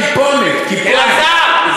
כיפונת, כיפונת.